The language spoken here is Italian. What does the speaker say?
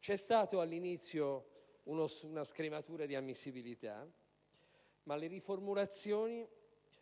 C'è stata all'inizio una scrematura nell'ammissibilità, ma le riformulazioni